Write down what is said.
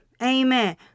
Amen